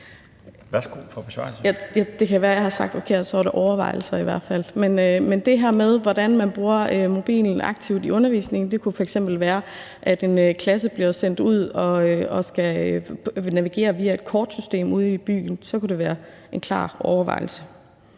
hvert fald, at der skulle ligge overvejelser bag. Men med hensyn til hvordan man bruger mobilen aktivt i undervisningen, kunne det f.eks. være, at en klasse bliver sendt ud at navigere via et kortsystem ude i byen. Så der kunne det være en klar overvejelse.